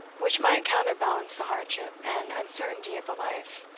which might counterbalance the hardship and uncertainty of the life,